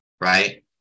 right